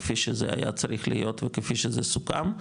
כפי שזה היה צריך להיות וכפי שזה סוכם,